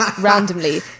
randomly